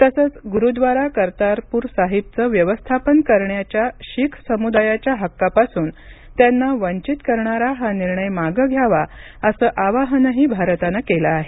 तसंच गुरुद्वारा कर्तारपूर साहिबचं व्यवस्थापन करण्याच्या शीख समुदायाच्या हक्कापासून त्यांना वंचित करणारा हा निर्णय मागं घ्यावा असं आवाहनही भारतानं केलं आहे